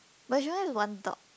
but she only have one dog